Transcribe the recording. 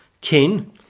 kin